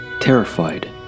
terrified